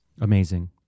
amazing